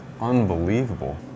Unbelievable